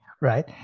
right